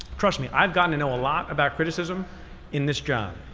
trust me, i've gotten to know a lot about criticism in this job.